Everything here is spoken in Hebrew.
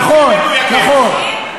הנתונים האלה מדויקים,